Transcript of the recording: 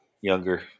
younger